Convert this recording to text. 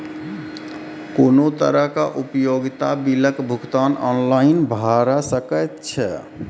कुनू तरहक उपयोगिता बिलक भुगतान ऑनलाइन भऽ सकैत छै?